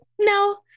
No